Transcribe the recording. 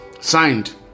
Signed